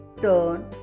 turn